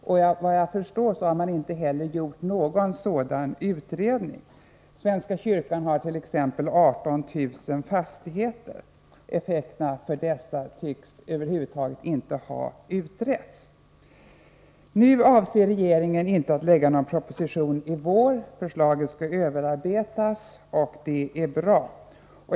Efter vad jag förstår har man inte heller gjort någon utredning om detta. Exempelvis svenska kyrkan har 18 000 fastigheter. Effekterna för dessa tycks över huvud taget inte ha utretts. Regeringen avser inte att lägga fram någon proposition i vår. Förslaget skall omarbetas, och det är bra.